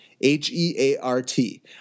H-E-A-R-T